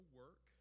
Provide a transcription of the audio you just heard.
work